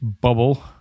bubble